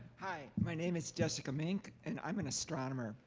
hi. my name is jessica mink and i'm an astronomer,